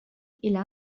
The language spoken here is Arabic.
إلى